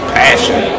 passion